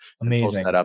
Amazing